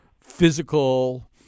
physical